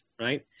right